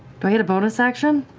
do i get a bonus action?